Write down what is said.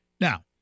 Now